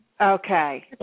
Okay